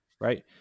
Right